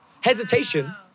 Hesitation